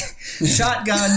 shotgun